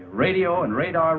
your radio and radar